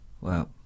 Wow